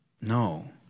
No